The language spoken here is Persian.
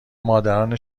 مادران